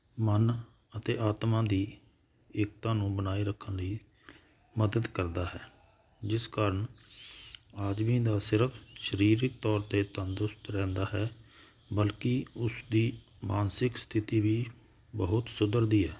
ਮਨ ਅਤੇ ਆਤਮਾ ਦੀ ਏਕਤਾ ਨੂੰ ਬਣਾਈ ਰੱਖਣ ਲਈ ਮਦਦ ਕਰਦਾ ਹੈ ਜਿਸ ਕਾਰਨ ਆਦਮੀ ਦਾ ਸਿਰਫ ਸਰੀਰਕ ਤੌਰ 'ਤੇ ਤੰਦਰੁਸਤ ਰਹਿੰਦਾ ਹੈ ਬਲਕਿ ਉਸਦੀ ਮਾਨਸਿਕ ਸਥਿਤੀ ਵੀ ਬਹੁਤ ਸੁਧਰਦੀ ਹੈ